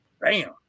bam